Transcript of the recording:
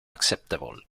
acceptable